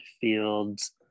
Fields